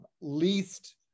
least